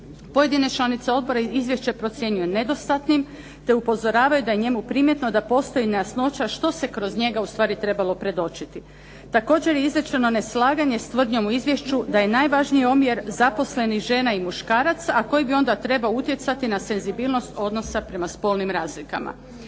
Pojedine članice odbora iz izvješća procjenjuju nedostatnim, te upozoravaju da je u njemu primjetno da postoji nejasnoća što se u stvari kroz njega u stvari trebalo predočiti. Također je izrečeno neslaganje s tvrdnjom u izvješću da je najvažniji omjer zaposlenih žena i muškaraca, a koji bi onda trebao utjecati na senzibilnost odnosa prema spolnim razlikama.